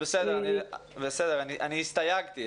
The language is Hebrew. אני הסתייגתי.